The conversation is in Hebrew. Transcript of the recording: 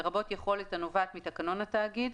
לרבות יכולת הנובעת מתקנון התאגיד,